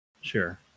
Sure